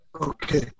Okay